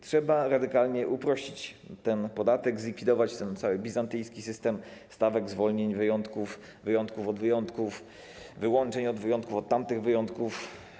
Trzeba radykalnie uprościć ten podatek, zlikwidować cały bizantyjski system stawek, zwolnień, wyjątków, wyjątków od wyjątków, wyłączeń od wyjątków od tamtych wyjątków.